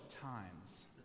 times